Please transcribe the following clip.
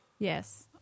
Yes